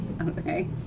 okay